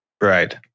Right